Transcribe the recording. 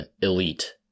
elite